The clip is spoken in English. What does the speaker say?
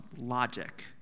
logic